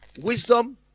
wisdom